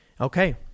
Okay